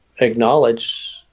acknowledge